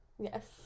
Yes